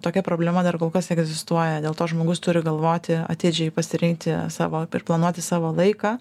tokia problema dar kol kas egzistuoja dėl to žmogus turi galvoti atidžiai pasirinkti savo planuoti savo laiką